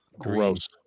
gross